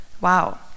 Wow